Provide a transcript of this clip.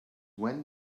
when